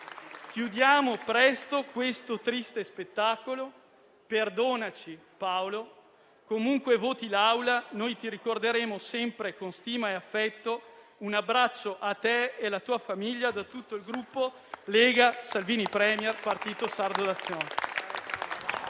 Chiudiamo presto questo triste spettacolo. Perdonaci, Paolo. Comunque voti l'Assemblea, noi ti ricorderemo sempre con stima e affetto. Un abbraccio a te e alla tua famiglia da tutto il Gruppo Lega-Salvini Premier-Partito Sardo d'Azione.